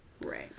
Right